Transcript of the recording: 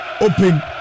Open